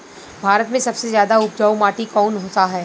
भारत मे सबसे ज्यादा उपजाऊ माटी कउन सा ह?